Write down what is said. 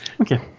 okay